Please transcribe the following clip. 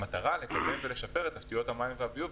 במטרה לקדם ולשפר את תשתיות המים והביוב,